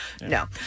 No